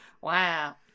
Wow